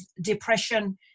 depression